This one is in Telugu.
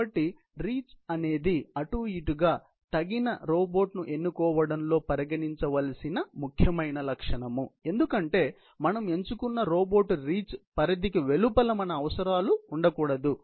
కాబట్టి రీచ్ అనేది అటు ఇటు గా తగిన రోబోట్ను ఎన్నుకోవడంలో పరిగణించవలసిన ముఖ్యమైన లక్షణం ఎందుకంటే మనం ఎంచుకున్న రోబోట్ రీచ్ పరిధికి వెలుపల మన అవసరాలు ఉండకూడదు